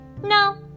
No